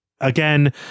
Again